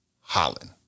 Holland